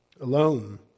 alone